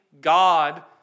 God